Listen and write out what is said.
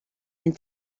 and